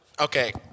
Okay